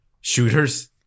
shooters